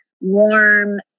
warm